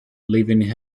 leaving